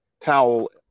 towel